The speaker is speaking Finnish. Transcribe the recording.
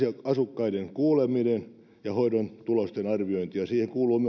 asukkaiden kuulemista ja hoidon tulosten arviointia siihen kuuluu